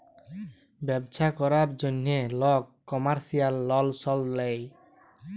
ব্যবছা ক্যরার জ্যনহে লক কমার্শিয়াল লল সল লেয়